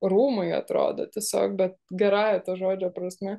rūmai atrodo tiesiog bet gerąja to žodžio prasme